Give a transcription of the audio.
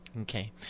Okay